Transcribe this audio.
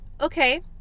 okay